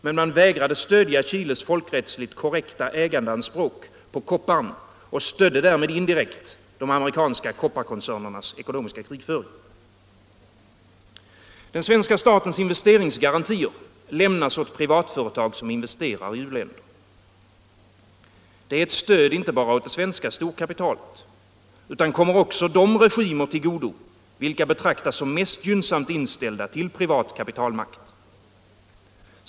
Men man vägrade stödja Chiles folkrättsligt korrekta ägandeanspråk på kopparn och stödde därmed indirekt de amerikanska kopparkoncernernas ekonomiska krigföring. Den svenska statens investeringsgarantier lämnas åt privatföretag som investerar i u-länder. Det är inte bara ett stöd åt det svenska storkapitalet, utan det kommer också de regimer till godo vilka betraktas som mest gynnsamt inställda till privat kapitalmakt.